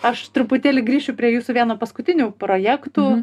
aš truputėlį grįšiu prie jūsų vieno paskutinių projektų